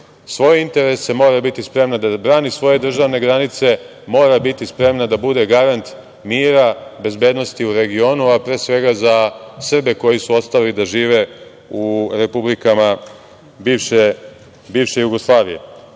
svoje interese, mora biti spremna da brani svoje državne granice, mora biti spremna da bude garant mira, bezbednosti u regionu, a pre svega za Srbije koji su ostali da žive u republikama bivše Jugoslavije. Ono